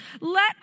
Let